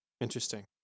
Interesting